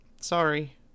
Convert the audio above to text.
sorry